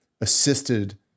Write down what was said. assisted